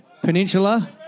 Peninsula